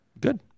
Good